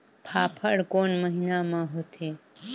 फाफण कोन महीना म होथे?